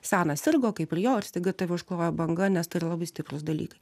senas sirgo kaip ir jo ir staiga tave užklojo banga nes tai yra labai stiprūs dalykai